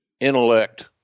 intellect